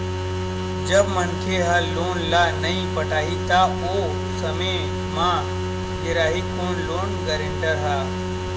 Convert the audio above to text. जब मनखे ह लोन ल नइ पटाही त ओ समे म घेराही कोन लोन गारेंटर ह